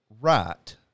right